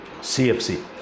CFC